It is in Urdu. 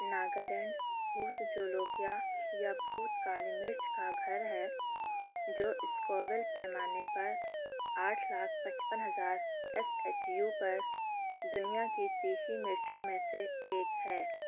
ناگالینڈ بھوت جولوکیا یا بھوت کالی مرچ کا گھر ہے جو اسکوویل پیمانے پر آٹھ لاکھ پچپن ہزار ایس ایچ یو پر دنیا کی تیکھی مرچوں میں سے ایک ہے